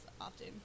often